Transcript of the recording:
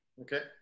Okay